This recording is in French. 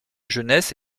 jeunesse